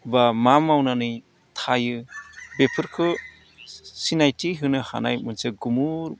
बा मा मावनानै थायो बेफोरखौ सिनायथि होनो हानाय मोनसे गुमुर